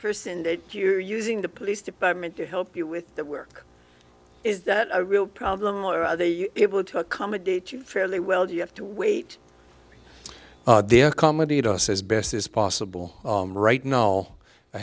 person that you're using the police department to help you with that work is that a real problem or are they able to accommodate you fairly well you have to wait their comedy to us as best as possible right now i